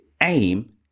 aim